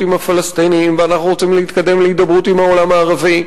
עם הפלסטינים ואנחנו רוצים להתקדם להידברות עם העולם הערבי.